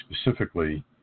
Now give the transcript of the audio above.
specifically